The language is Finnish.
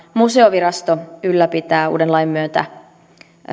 museovirasto ylläpitää uuden lain myötä